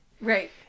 right